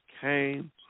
came